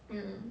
mm